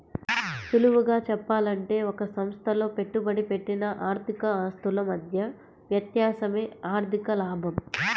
సులువుగా చెప్పాలంటే ఒక సంస్థలో పెట్టుబడి పెట్టిన ఆర్థిక ఆస్తుల మధ్య వ్యత్యాసమే ఆర్ధిక లాభం